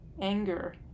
anger